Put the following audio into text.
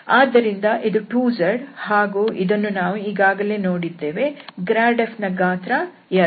ಆದ್ದರಿಂದ ಇದು 2z ಹಾಗೂ ಇದನ್ನು ನಾವು ಈಗಾಗಲೇ ನೋಡಿದ್ದೇವೆ ಗ್ರಾಡ್ f ನ ಗಾತ್ರ 2